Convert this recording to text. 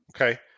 Okay